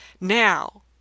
Now